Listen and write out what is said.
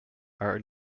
are